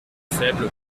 faible